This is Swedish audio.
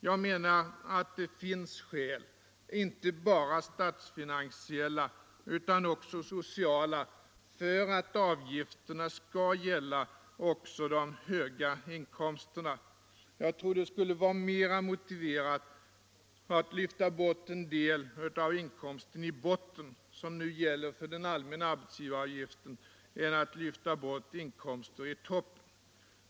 Jag menar att det finns skäl, inte bara statsfinansiella utan också sociala, för att avgifterna även skall gälla de höga inkomsterna. Jag tror det skulle vara mer motiverat att lyfta bort en del av inkomsten i botten —- som nu gäller för den allmänna arbetsgivaravgiften — än att lyfta bort inkomster i toppen.